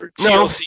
No